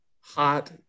hot